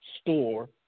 store